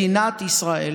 מדינת ישראל